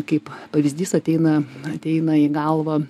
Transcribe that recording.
kaip pavyzdys ateina ateina į galvą